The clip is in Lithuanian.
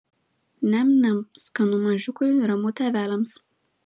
niam niam skanu mažiukui ramu tėveliams